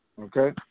Okay